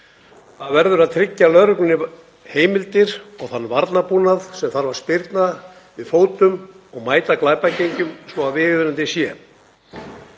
Það verður að tryggja lögreglunni heimildir og þann varnarbúnað sem þarf til að spyrna við fótum og mæta glæpagengjum svo viðunandi sé.